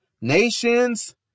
nations